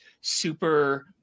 super